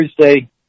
Thursday